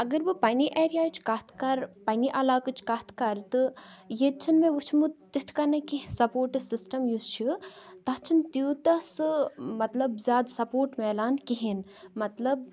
اگر بہِ پَننِہ ایرِیاہِچ کَتھ کَرٕ تہٕ پننہِ علاقٕچ کَتھ کَرٕ تہٕ ییٚتہِ چھِنہٕ مےٚ وٕچھمُت تِتھ کٔنۍ نہٕ کینٛہہ سَپوٹ سِسٹَم یُس چھُ تَتھ چھُنہِ تیوٗتاہ سُہ مطلب زیادٕ سُہ سَپوٹ ملان کِہیٖنۍ مطلب